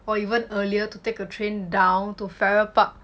or even earlier to take a train down to farrer park